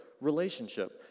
relationship